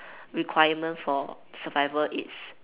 requirement for survival it's